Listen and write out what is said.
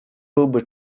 byłby